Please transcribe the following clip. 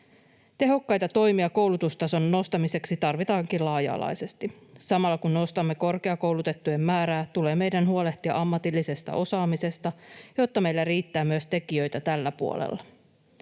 Tehokkaita toimia koulutustason nostamiseksi tarvitaankin laaja-alaisesti. Samalla kun nostamme korkeakoulutettujen määrää, tulee meidän huolehtia ammatillisesta osaamisesta, jotta meillä riittää tekijöitä myös tällä puolella.